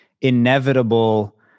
inevitable